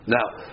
Now